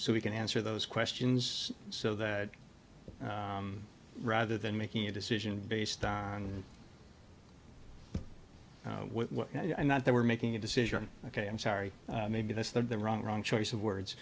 so we can answer those questions so that rather than making a decision based on i'm not they were making a decision ok i'm sorry maybe that's the wrong wrong choice of words